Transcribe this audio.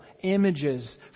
images